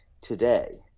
today